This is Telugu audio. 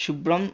శుభ్రం